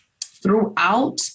throughout